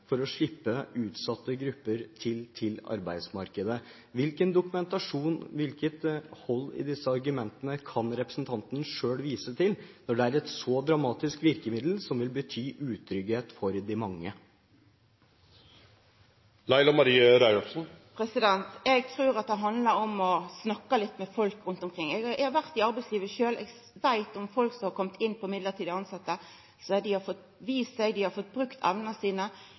for å slippe til utsatte grupper på arbeidsmarkedet. Hvilken dokumentasjon, hvilket hold i disse argumentene, kan representanten selv vise til, når det er et så dramatisk virkemiddel, som vil bety utrygghet for de mange? Eg trur det handlar om å snakka litt med folk rundt omkring. Eg har vore i arbeidslivet sjølv, og eg veit om folk som har kome inn på midlertidig tilsetjing. Dei har fått vist seg, dei har fått brukt evnene sine,